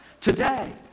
today